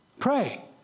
pray